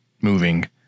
moving